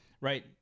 right